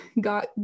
got